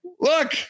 Look